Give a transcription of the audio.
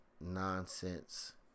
nonsense